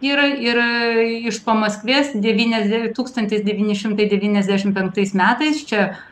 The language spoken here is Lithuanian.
yra ir iš pamaskvės devyniasde tūkstantis devyni šimtai devyniasdešim penktais metais čia